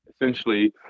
essentially